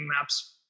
maps